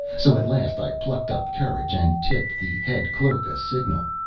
so at last i plucked up courage and tipped the head clerk a signal.